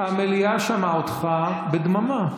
והמליאה שמעה אותך בדממה.